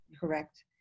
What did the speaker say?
Correct